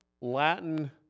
latin